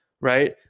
right